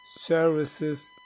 services